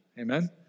Amen